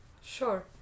Sure